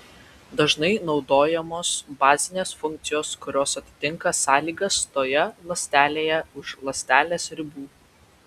dažnai naudojamos bazinės funkcijos kurios atitinka sąlygas toje ląstelėje už ląstelės ribų